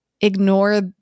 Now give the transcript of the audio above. ignore